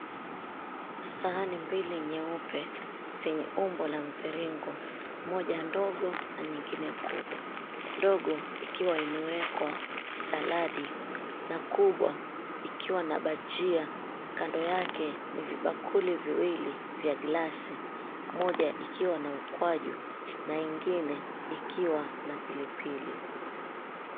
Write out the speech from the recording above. Sahani mbili nyeupe zenye umbo la mviringo, moja ndogo na nyingine kubwa. Ndogo ikiwa imewekwa saladi, na kubwa ikiwa na bajia. Kando yake ni vibakuli viwili vya glasi, moja ikiwa na ukwaju na ingine ikiwa na pilipili.